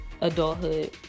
adulthood